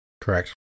correct